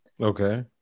Okay